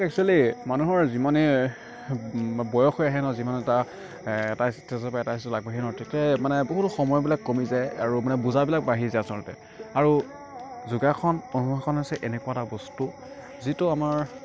মোক একচুৱেলি মানুহৰ যিমানেই বয়স হৈ আহে ন যিমান এটা এটা ষ্টেজৰপৰা এটা ষ্টেজলৈ আগবাঢ়ে ন তেতিয়াই মানে বহুতো সময়বিলাক কমি যায় আৰু মানে বোজাবিলাক বাঢ়ি যায় আচলতে আৰু যোগাসন পদ্মাসন হৈছে এনেকুৱা এটা বস্তু যিটো আমাৰ